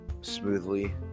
smoothly